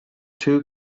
too